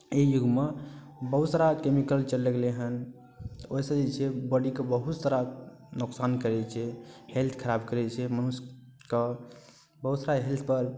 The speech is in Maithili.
एहि युगमे बहुत सारा कैमिकल चलय लगलै हन ओहिसँ जे छै बॉडीके बहुत सारा नोकसान करै छै हेल्थ खराब करै छै मनुष्यके बहुत सारा हेल्थपर